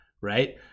right